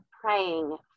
praying